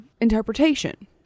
interpretation